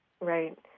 Right